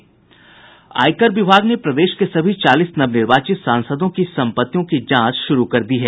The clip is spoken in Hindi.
आयकर विभाग ने प्रदेश के सभी चालीस नवनिर्वाचित सांसदों की सम्पत्तियों की जांच शुरू कर दी है